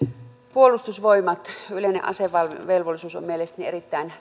puolustusvoimat yleinen asevelvollisuus ovat mielestäni erittäin